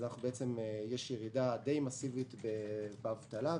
יש ירידה די מסיבית באבטלה.